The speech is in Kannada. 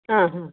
ಹಾಂ ಹಾಂ